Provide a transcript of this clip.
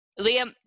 Liam